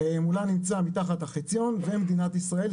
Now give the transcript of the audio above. מולה נמצא מתחת החציון ומדינת ישראל.